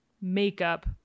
makeup